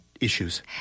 issues